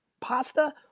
pasta